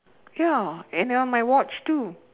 ya and in on my watch too